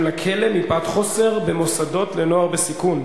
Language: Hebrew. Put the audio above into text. לכלא בשל חוסר במוסדות לנוער בסיכון,